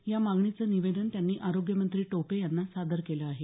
या मागणीचं निवेदन त्यांनी आरोग्यमंत्री टोपे यांना सादर केलं आहे